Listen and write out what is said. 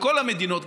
בכל המדינות,